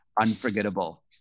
unforgettable